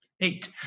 Eight